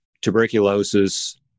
Tuberculosis